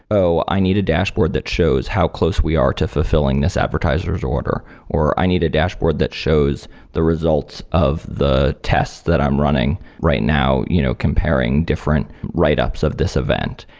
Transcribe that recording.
oh, i need a dashboard that shows how close we are to fulfilling this advertiser s order. or i need a dashboard that shows the results of the tests that i'm running right now, you know comparing different write-ups of this event.